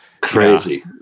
Crazy